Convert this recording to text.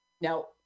Now